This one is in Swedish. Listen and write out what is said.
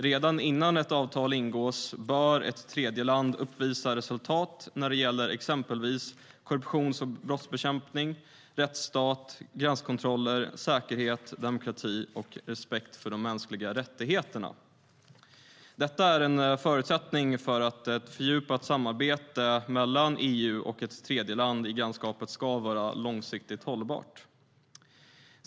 Redan innan ett avtal ingås bör ett tredjeland uppvisa resultat när det gäller exempelvis korruptions och brottsbekämpning, rättsstat, gränskontroller, säkerhet, demokrati och respekt för de mänskliga rättigheterna. Detta är en förutsättning för att ett fördjupat samarbete mellan EU och ett tredjeland i grannskapet ska vara långsiktigt hållbart.